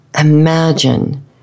Imagine